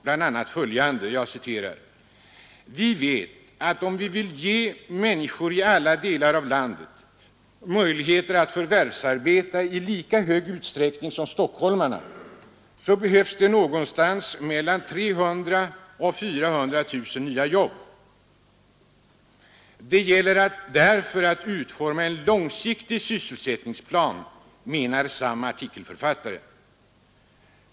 bl.a.: ”Vi vet att om vi vill ge människor i alla delar av landet möjlighet att förvärvsarbeta i lika hög utsträckning som stockholmarna, så behövs någonstans mellan 300 000 och 400 000 nya jobb.” Det gäller därför att utforma en långsiktig sysselsättningsplan, menar samme artikelförfattare.